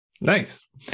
nice